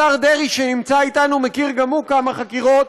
השר דרעי, שנמצא איתנו, מכיר גם הוא כמה חקירות.